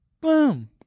Boom